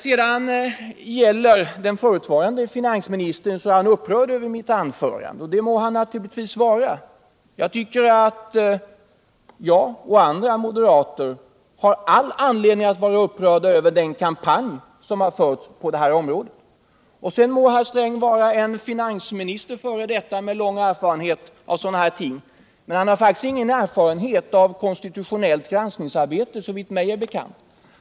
Den förutvarande finansministern är upprörd över mitt anförande. Det må han naturligtvis vara. Jag tycker att jag och andra moderater har all anledning att vara upprörda över den kampanj som har förts på det här området. Sedan må herr Sträng vara en f. d. finansminister med lång erfarenhet, men han har faktiskt ingen erfarenhet av konstitutionellt granskningsarbete, såvitt mig är bekant.